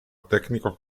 tecnico